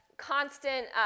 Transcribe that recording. constant